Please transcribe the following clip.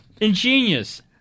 Ingenious